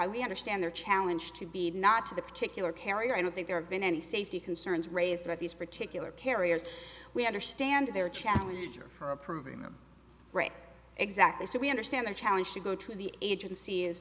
by we understand their challenge to be not to the particular carrier i don't think there have been any safety concerns raised about these particular carriers we understand their challenge or for approving them exactly so we understand the challenge to go to the agency is